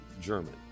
German